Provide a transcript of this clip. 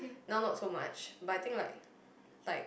now not so much but I think like like